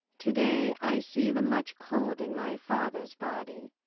to-day i see the much cold in my father's body.